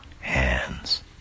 hands